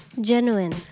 Genuine